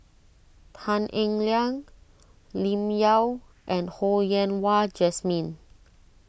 Tan Eng Liang Lim Yau and Ho Yen Wah Jesmine